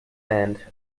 end